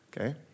okay